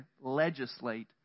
legislate